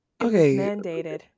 Okay